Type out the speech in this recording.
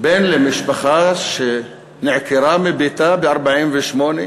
בן למשפחה שנעקרה מביתה ב-1948,